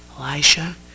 Elisha